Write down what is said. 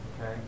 Okay